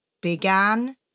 began